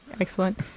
Excellent